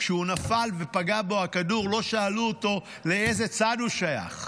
כשהוא נפל ופגע בו הכדור לא שאלו אותו לאיזה צד הוא שייך.